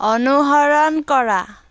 অনুসৰণ কৰা